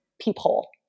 peephole